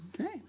Okay